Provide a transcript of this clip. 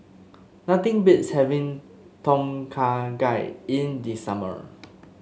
nothing beats having Tom Kha Gai in the summer